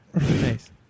Nice